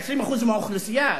20% מהאוכלוסייה,